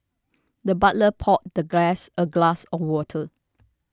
the butler poured the guest a glass of water